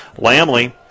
Lamley